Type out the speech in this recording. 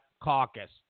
Caucus